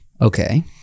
okay